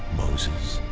moses.